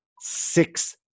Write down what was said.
six